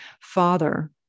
father